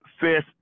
Fifth